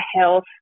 health